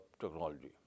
technology